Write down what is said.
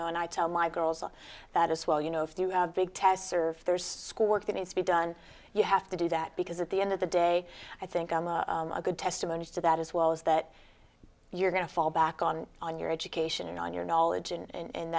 know and i tell my girls all that as well you know if you have big tests or there's school work that needs to be done you have to do that because at the end of the day i think i'm a good testimony to that as well as that you're going to fall back on on your education on your knowledge and